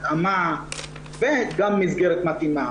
התאמה וגם מסגרת מתאימה.